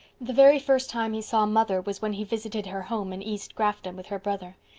the very first time he saw mother was when he visited her home in east grafton with her brother.